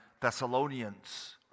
Thessalonians